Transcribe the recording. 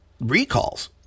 recalls